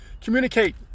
communicate